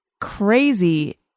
crazy